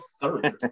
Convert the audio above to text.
third